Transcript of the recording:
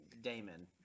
Damon